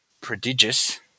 prodigious